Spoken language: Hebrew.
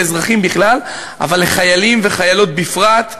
לאזרחים בכלל,